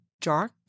dark